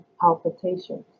palpitations